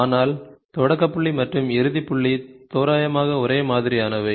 ஆனால் தொடக்க புள்ளி மற்றும் இறுதி புள்ளி தோராயமாக ஒரே மாதிரியானவை